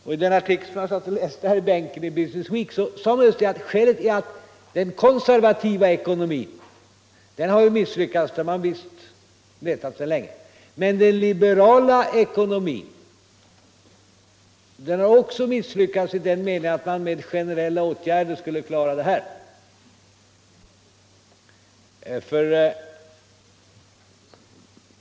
I den artikel i Business Week som jag satt och läste i bänken sades det just att orsaken till nuvarande situation är att den konservativa ekonomin har misslyckats. Det har man visst vetat sedan länge. Men den liberala ekonomin har också misslyckats — i den meningen att man inte kan klara problemen, som man vill göra, med generella åtgärder.